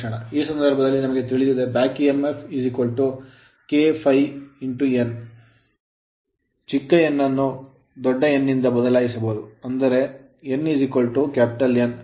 ಈ ಸಂದರ್ಭದಲ್ಲಿ ನಮಗೆ ತಿಳಿದಿದೆ back EMF back EMF K ∅ n n ಅನ್ನು N ನಿಂದ ಬದಲಾಯಿಸಬಹುದು ಆದ್ದರಿಂದ n N